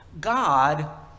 God